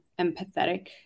empathetic